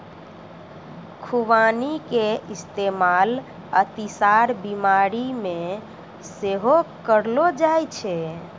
खुबानी के इस्तेमाल अतिसार बिमारी मे सेहो करलो जाय छै